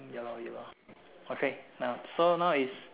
ya lor ya lor okay now so now is